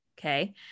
okay